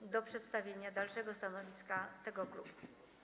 do przedstawienia dalszej części stanowiska tego klubu.